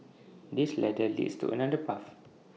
this ladder leads to another path